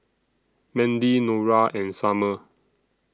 Mandy Nora and Summer